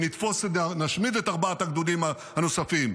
אם נשמיד את ארבעת הגדודים הנוספים.